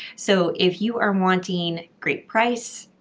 so, if you are wanting great price,